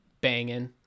banging